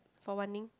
for Wan-Ning